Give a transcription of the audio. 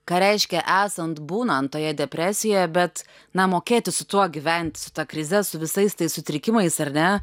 ką reiškia esant būnant toje depresije bet na mokėti su tuo gyvent su ta krize su visais tais sutrikimais ar ne